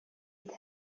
иде